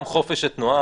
גם חופש התנועה,